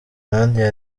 nadia